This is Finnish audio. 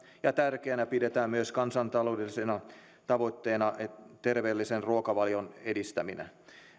ja tärkeänä kansantaloudellisena tavoitteena pidetään terveellisen ruokavalion edistämistä